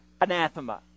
anathema